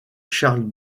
charles